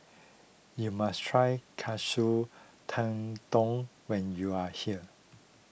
you must try Katsu Tendon when you are here